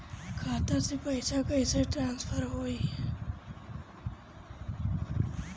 खाता से पैसा कईसे ट्रासर्फर होई?